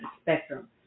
spectrum